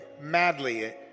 madly